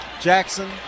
Jackson